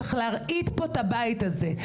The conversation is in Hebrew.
צריך להרעיד פה את הבית הזה,